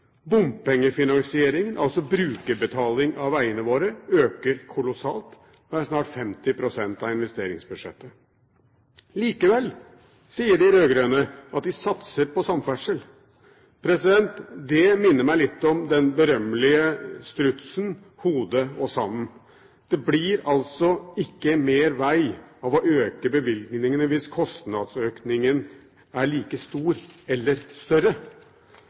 Bompengefinansiering, altså brukerbetaling av vegene våre, øker kolossalt og er snart 50 pst. av investeringsbudsjettet. Likevel sier de rød-grønne at de satser på samferdsel. Det minner meg litt om den berømmelige strutsen, hodet og sanden. Det blir altså ikke mer veg av å øke bevilgningene hvis kostnadsøkningen er like stor eller større.